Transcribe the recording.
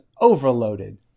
overloaded